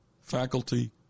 faculty